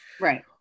Right